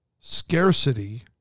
Scarcity